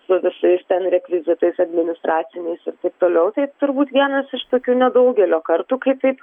su visais ten rekvizitais administraciniais ir taip toliau tai turbūt vienas iš tokių nedaugelio kartų kai taip